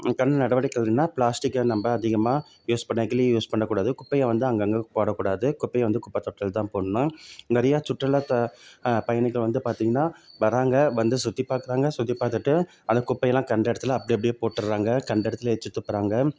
இதுக்கான நடவடிக்கைகள்னால் ப்ளாஸ்டிக்கை நம்ம அதிகமாக யூஸ் பண்ண நெகிழிய யூஸ் பண்ணக்கூடாது குப்பையை வந்து அங்கங்கே போடக்கூடாது குப்பையை வந்து குப்பை தொட்டியில்தான் போடணும் நிறையா சுற்றுலா த பயணிகள் வந்து பார்த்திங்கன்னா வர்றாங்க வந்து சுற்றி பார்க்குறாங்க சுற்றி பார்த்துட்டு அந்த குப்பையெல்லாம் கண்ட இடத்துல அப்படி அப்படியே போட்டுடுறாங்க கண்ட இடத்துல எச்சில் துப்புகிறாங்க